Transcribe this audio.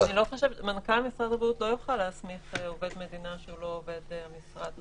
מנכ"ל משרד הבריאות לא יוכל להסמיך עובד מדינה שהוא לא עובד המשרד.